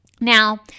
Now